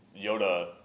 Yoda